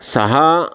सः